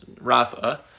Rafa